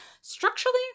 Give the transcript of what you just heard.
structurally